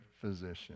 physician